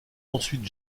ensuite